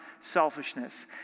selfishness